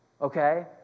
Okay